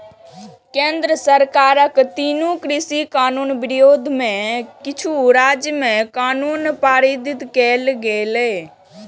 केंद्र सरकारक तीनू कृषि कानून विरोध मे किछु राज्य मे कानून पारित कैल गेलै